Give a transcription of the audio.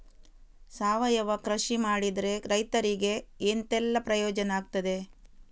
ಸಾವಯವ ಕೃಷಿ ಮಾಡಿದ್ರೆ ರೈತರಿಗೆ ಎಂತೆಲ್ಲ ಪ್ರಯೋಜನ ಆಗ್ತದೆ?